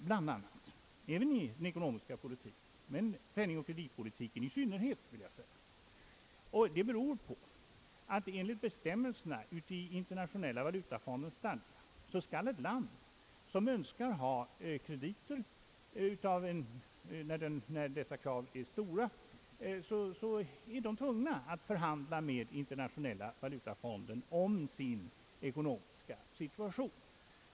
Förhandlingarna gäller också den ekonomiska politiken, men de gäller i synnerhet penningoch kreditpolitiken. Enligt bestämmelserna i Internationella valutafondens stadgar skall nämligen ett land som Önskar få krediter — när kraven ärstora — förhandla med Internationella valutafonden om sin ekonomiska situation.